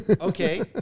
Okay